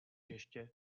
ještě